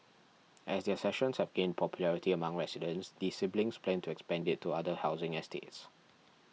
as their sessions have gained popularity among residents the siblings plan to expand it to other housing estates